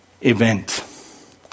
event